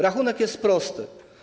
Rachunek jest prosty.